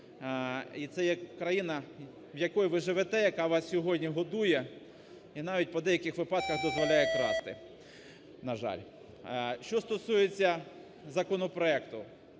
і це є країна, в якій ви живете, яка вас сьогодні годує і навіть по деяких випадках дозволяє красти, на жаль. Що стосується законопроекту,